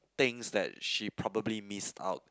things that she probably miss out